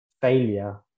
failure